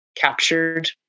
captured